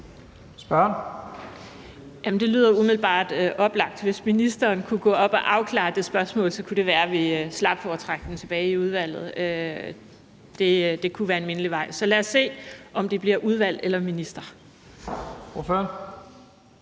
(SF): Det lyder umiddelbart oplagt. Hvis ministeren kunne gå op og afklare det spørgsmål, kunne det være, at vi slap for at trække det tilbage i udvalget. Det kunne være en mindelig vej. Så lad os se, om det bliver udvalg eller minister.